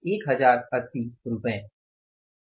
1080 रुपए हां